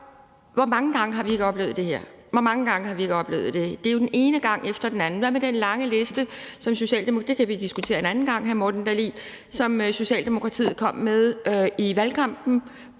Hvor mange gange har vi ikke oplevet det? Det er jo den ene gang efter den anden. Hvad med den lange liste – det kan hr. Morten